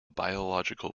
biological